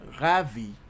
ravi